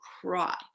cry